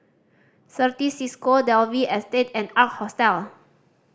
Certis Cisco Dalvey Estate and Ark Hostel